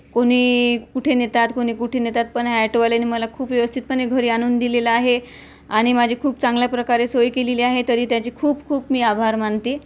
कुणी कुठे नेतात कुणी कुठे नेतात पण ह्या ॲटोवाल्याने मला खूप व्यवस्थितपणे घरी आणून दिलेलं आहे आणि माझी खूप चांगल्या प्रकारे सोय केलेली आहे तरी त्याची खूप खूप मी आभार मानते